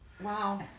Wow